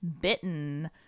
bitten